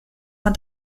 man